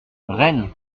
rennes